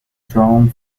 drawn